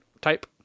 type